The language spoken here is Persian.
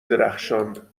درخشان